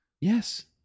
Yes